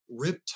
riptide